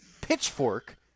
Pitchfork